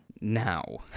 Now